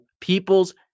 people's